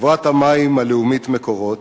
חברת המים הלאומית "מקורות"